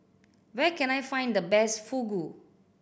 where can I find the best Fugu